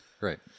Right